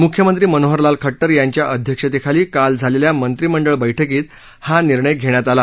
मुख्यमंत्री मनोहरलाल खट्टर यांच्या अध्यक्षतेखाली काल झालेल्या मंत्रिमंडळ बैठकीत हा निर्णय घेण्यात आला